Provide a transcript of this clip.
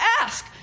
ask